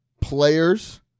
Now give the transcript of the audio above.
players